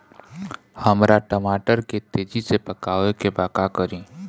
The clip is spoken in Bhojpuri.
हमरा टमाटर के तेजी से पकावे के बा का करि?